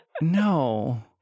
No